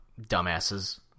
dumbasses